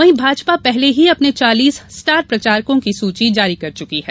वहीं भाजपा पहले ही अपने चालीस स्टार प्रचारकों की सूची जारी कर चुकी है